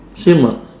same [what]